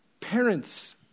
parents